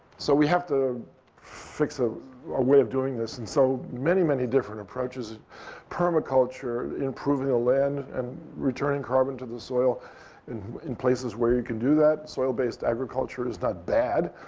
so we have to fix a ah way of doing this. and so many, many different approaches permaculture, improving the land, and returning carbon to the soil in in places where you can do that. soil-based agriculture is that bad.